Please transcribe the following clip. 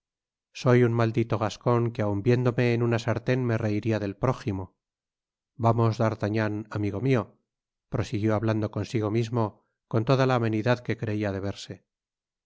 soy un maldito gascon que aun viéndome en una sarten me reiría del prójimo vamos d'artagnan amigo mio prosiguió hablando consigo mismo con toda la amenidad que creia deberse